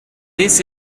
this